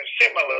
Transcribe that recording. similar